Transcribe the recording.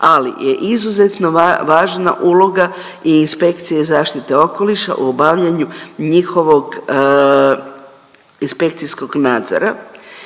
ali je izuzetno važna uloga i Inspekcije zaštite okoliša u obavljanju njihovog inspekcijskog nadzora